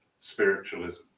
spiritualism